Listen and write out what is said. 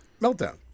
meltdown